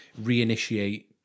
reinitiate